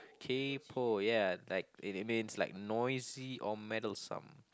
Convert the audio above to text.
kaypoh ya like it it means like noisy or meddlesome